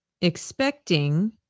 Expecting